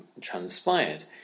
transpired